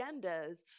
agendas